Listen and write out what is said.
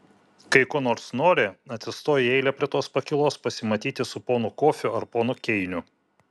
kai ko nors nori atsistoji į eilę prie tos pakylos pasimatyti su ponu kofiu ar ponu keiniu